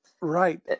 Right